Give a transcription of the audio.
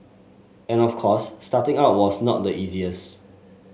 and of course starting out was not the easiest